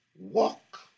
walk